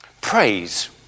Praise